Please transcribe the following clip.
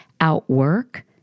outwork